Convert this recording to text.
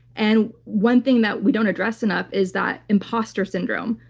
and one thing that we don't address enough is that imposter syndrome.